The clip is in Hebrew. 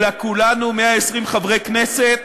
אלא כולנו, 120 חברי הכנסת